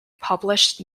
published